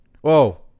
Whoa